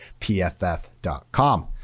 PFF.com